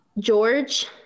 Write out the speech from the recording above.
George